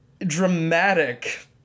dramatic